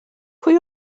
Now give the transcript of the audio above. pwy